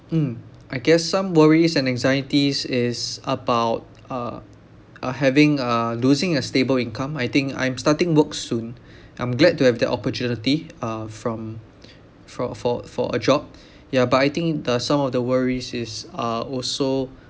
mm I guess some worries and anxieties is about uh uh having uh losing a stable income I think I'm starting work soon I'm glad to have the opportunity uh from for for for a job ya but I think the some of the worries is uh also